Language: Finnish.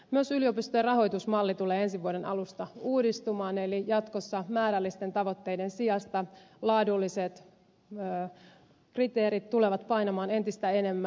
myös yliopistojen rahoitusmalli tulee ensi vuoden alusta uudistumaan eli jatkossa määrällisten tavoitteiden sijasta laadulliset kriteerit tulevat painamaan entistä enemmän